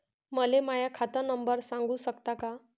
मले माह्या खात नंबर सांगु सकता का?